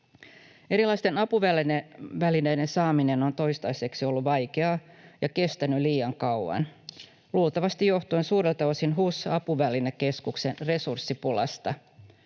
Erilaisten apuvälineiden saaminen on toistaiseksi ollut vaikeaa ja kestänyt liian kauan, luultavasti johtuen suurelta osin HUS Apuvälinekeskuksen resurssipulasta.